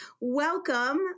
welcome